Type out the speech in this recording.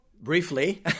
Briefly